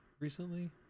Recently